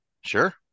Sure